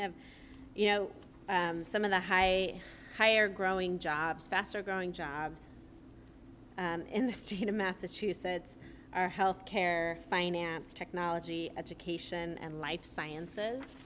of you know some of the high higher growing jobs faster growing jobs in the state of massachusetts our health care finance technology education and life sciences